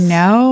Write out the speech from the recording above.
no